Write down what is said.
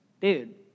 dude